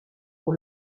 pour